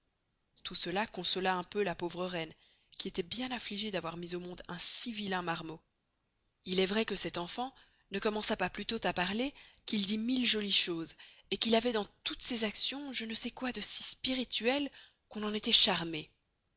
tout cela consola un peu la pauvre reine qui estoit bien affligée d'avoir mis au monde un si vilain marmot il est vray que cet enfant ne commença pas plutost à parler qu'il dit mille jolies choses et qu'il avoit dans toutes ses actions je ne sçai quoi de si spirituel qu'on en estoit charmé